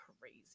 crazy